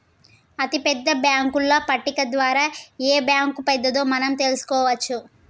అతిపెద్ద బ్యేంకుల పట్టిక ద్వారా ఏ బ్యాంక్ పెద్దదో మనం తెలుసుకోవచ్చు